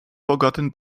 forgotten